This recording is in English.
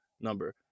number